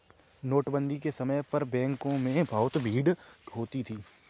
नोटबंदी के समय पर बैंकों में बहुत भीड़ होती थी